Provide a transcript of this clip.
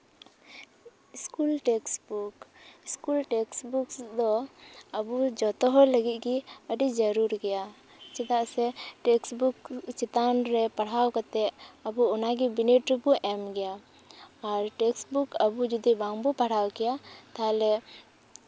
school textbook school textbook ᱫᱚ ᱟᱵᱚ ᱡᱚᱛᱚᱦᱚᱲ ᱞᱟᱹᱜᱤᱫ ᱜᱮ ᱟᱹᱰᱤ ᱡᱟᱹᱨᱩᱲ ᱜᱮᱭᱟ ᱪᱮᱫᱟᱜ ᱥᱮ ᱴᱮᱠᱥᱴᱵᱩᱠ ᱪᱮᱛᱟᱱᱨᱮ ᱯᱟᱲᱦᱟᱣ ᱠᱟᱛᱮᱫ ᱟᱵᱚ ᱚᱱᱟᱜᱮ ᱵᱤᱱᱤᱰ ᱨᱮᱵᱚᱱ ᱮᱢ ᱜᱮᱭᱟ ᱟᱨ ᱴᱮᱠᱥᱴᱵᱩᱠ ᱟᱵᱚ ᱡᱩᱫᱤ ᱵᱟᱝ ᱵᱚ ᱯᱟᱲᱦᱟᱣ ᱠᱮᱭᱟ ᱛᱟᱦᱞᱮ